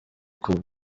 kuwa